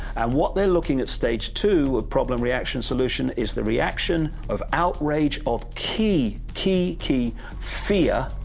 and what they're looking at stage two of problem, reaction, solution is the reaction of outrage of key, key, key fear.